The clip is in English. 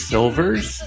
Silvers